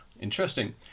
interesting